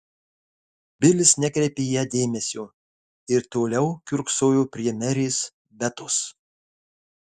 bilis nekreipė į ją dėmesio ir toliau kiurksojo prie merės betos